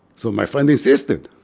so my friend insisted,